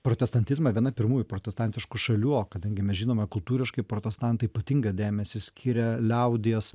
protestantizmą viena pirmųjų protestantiškų šalių o kadangi mes žinome kultūriškai protestantai ypatingą dėmesį skiria liaudies